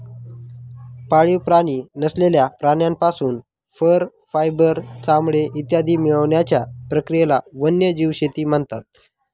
पाळीव प्राणी नसलेल्या प्राण्यांपासून फर, फायबर, चामडे इत्यादी मिळवण्याच्या प्रक्रियेला वन्यजीव शेती म्हणतात